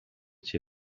cię